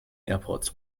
airports